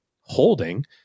holding